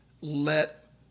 let –